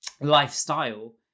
lifestyle